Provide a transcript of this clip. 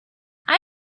just